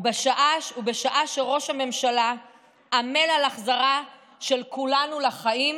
ובשעה שראש הממשלה עמל על החזרה של כולנו לחיים,